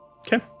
Okay